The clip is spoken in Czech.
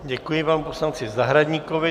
Děkuji panu poslanci Zahradníkovi.